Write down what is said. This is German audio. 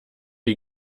die